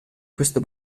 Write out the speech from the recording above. questo